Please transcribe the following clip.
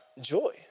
Joy